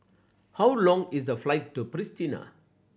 how long is the flight to Pristina